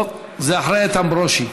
טוב, זה אחרי איתן ברושי.